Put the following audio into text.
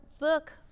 book